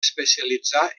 especialitzar